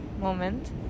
moment